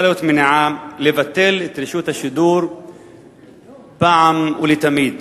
להיות מניעה לבטל את רשות השידור אחת ולתמיד.